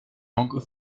langues